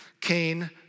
Cain